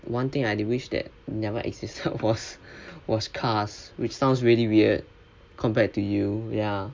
one thing I would wish that never existed is of course was cars which sounds really weird compared to you ya